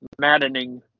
maddening